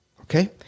Okay